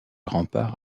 remparts